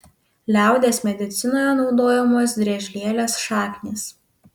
liaudies medicinoje naudojamos driežlielės šaknys